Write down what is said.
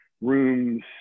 rooms